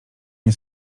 nie